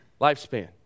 lifespan